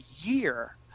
year